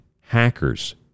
hackers